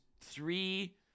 three